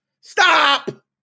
Stop